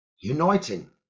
uniting